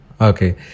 Okay